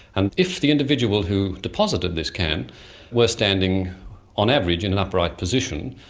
and if the individual who deposited this can was standing on average in an upright position,